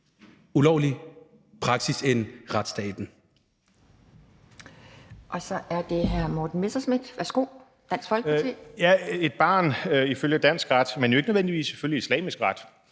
ulovlig praksis end retsstaten.